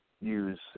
use